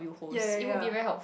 ya ya ya